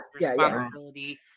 Responsibility